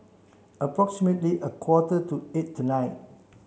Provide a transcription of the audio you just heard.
approximately a quarter to eight tonight